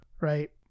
right